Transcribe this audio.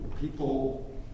people